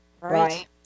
Right